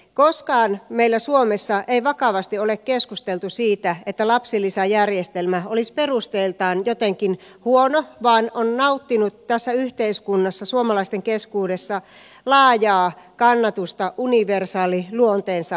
koskaan meillä suomessa ei vakavasti ole keskusteltu siitä että lapsilisäjärjestelmä olisi perusteiltaan jotenkin huono vaan se on nauttinut tässä yhteiskunnassa suomalaisten keskuudessa laajaa kannatusta universaalin luonteensa vuoksi